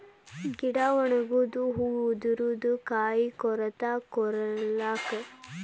ಗಿಡಾ ಒಣಗುದು ಹೂ ಉದರುದು ಕಾಯಿ ಕೊರತಾ ಕೊರಕ್ಲಾ